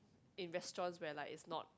in restaurants where like it's not